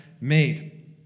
made